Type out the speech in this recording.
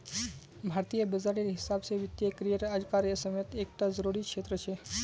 भारतीय बाजारेर हिसाब से वित्तिय करिएर आज कार समयेत एक टा ज़रूरी क्षेत्र छे